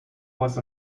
was